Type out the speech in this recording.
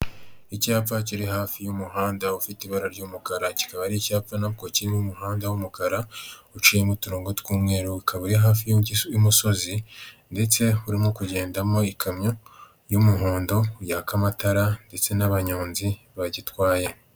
Icyapa kiri hafi y'umuhanda ufite ibara ry'umukara; kikaba ari icyapa nabwo kiri mu muhanda w'umukara uciyemo uturongo tw'umweru; ukaba uri hafi y'umusozi ndetse urimo kugendamo ikamyo y'umuhondo yaka amatara ndetse n'abanyonzi bagitwaye.